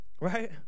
right